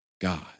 God